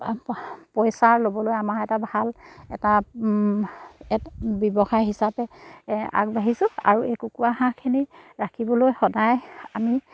পইচা ল'বলৈ আমাৰ এটা ভাল এটা ব্যৱসায় হিচাপে আগবাঢ়িছোঁ আৰু এই কুকুৰা হাঁহখিনি ৰাখিবলৈ সদায় আমি